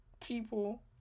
people